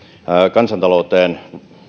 kansantalouteen